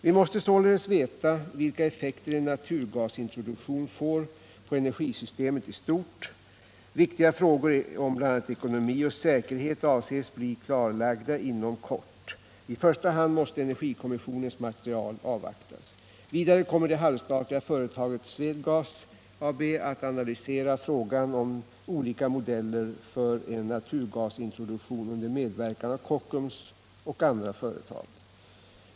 Vi måste således veta vilka effekter en naturgasintroduktion får på energisystemet i stort. Viktiga frågor om bl.a. ekonomi och säkerhet avses bli klarlagda inom kort. I första hand måste energikommissionens material avvaktas. Vidare kommer det halvstatliga företaget Swedegas AB att analysera frågan om olika modeller för en naturgasintroduktion under medverkan av Kockums och andra företag.